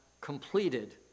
completed